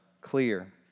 clear